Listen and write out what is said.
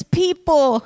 people